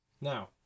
Now